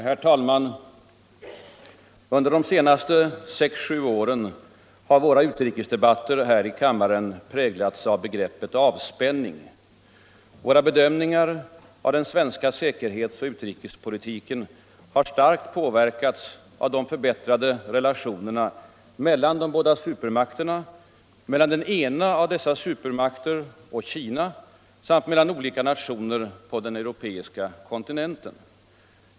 Herr talman! Under de senaste sex sju åren har våra utrikesdebatter här i kammaren präglats av begreppet ”avspänning”. Våra bedömningar av den svenska säkerhets och utrikespolitiken har starkt påverkats av de förbättrade relationerna mellan de båda supermakterna, mellan den ena av dessa supermakter och Kina, samt mellan olika nationer på den europeiska kontinenten.